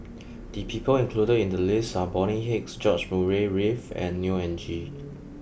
the people included in the list are Bonny Hicks George Murray Reith and Neo Anngee